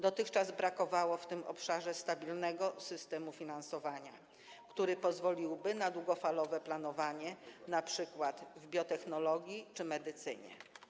Dotychczas brakowało w tym obszarze stabilnego systemu finansowania, który pozwoliłby na długofalowe planowanie, np. w biotechnologii czy medycynie.